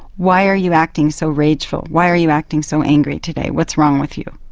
why are you acting so rageful, why are you acting so angry today? what's wrong with you?